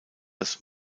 das